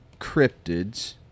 Cryptids